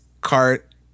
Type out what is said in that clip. cart